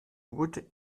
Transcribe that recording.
wurde